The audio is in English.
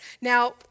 Now